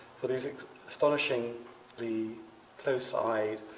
for these astonishing the close-eyed